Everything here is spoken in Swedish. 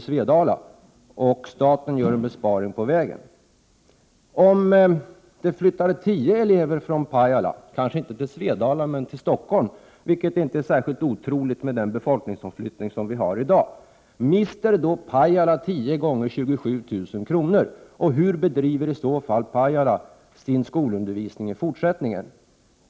i Svedala — varvid staten gör en besparing på vägen? Om det flyttar tio elever från Pajala — kanske inte till Svedala men till Stockholm, vilket inte är särskilt otroligt med den befolkningsomflyttning som vi har i dag —, mister då Pajala tio gånger 27 000 kr.? Hur bedriver i så fall Pajala sin skolundervisning i fortsättningen?